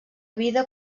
vida